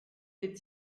les